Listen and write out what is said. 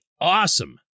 awesome